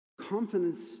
Confidence